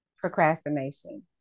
procrastination